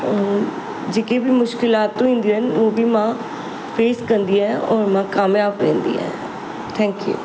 ऐं जेके बि मुश्किलातू ईंदियूं आहिनि उहा बि मां फेस कंदी आहियां और मां काम्याबु वेंदी आहियां थैंक्यू